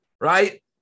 right